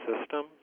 system